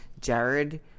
Jared